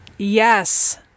yes